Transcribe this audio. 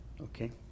Okay